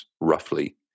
roughly